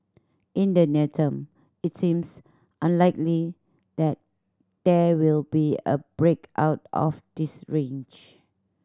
in the near term it seems unlikely that there will be a break out of this range